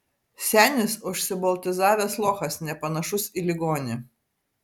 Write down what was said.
senis užsiboltizavęs lochas nepanašus į ligonį